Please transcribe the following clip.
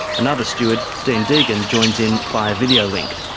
another steward, dean degan, joins in via video link.